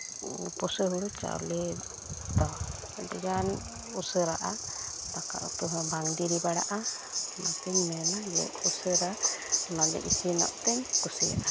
ᱯᱩᱥᱟᱹ ᱦᱩᱲᱩ ᱪᱟᱣᱞᱮ ᱫᱚ ᱟᱹᱰᱤᱜᱟᱱ ᱩᱥᱟᱹᱨᱟᱜᱼᱟ ᱫᱟᱠᱟ ᱩᱛᱩ ᱦᱚᱸ ᱵᱟᱝ ᱫᱮᱨᱤ ᱵᱟᱲᱟᱜᱼᱟ ᱚᱱᱟᱛᱤᱧ ᱢᱮᱱᱟ ᱩᱥᱟᱹᱨᱟ ᱤᱥᱤᱱᱚᱜ ᱛᱤᱧᱠᱩᱥᱤᱭᱟᱜᱼᱟ